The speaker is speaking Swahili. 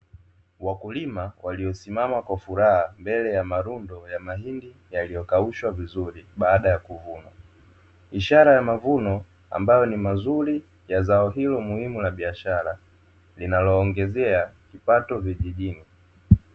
Wakulima waliosimama kwa furaha mbele ya marundo la mahindi yaliyokaushwa vizuri baada ya kuvunwa. Ishara ya mavuno ambayo ni mazuri ya zao hilo muhimu la biashara linaloongezea pato vijijini.